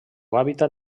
hàbitat